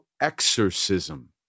exorcism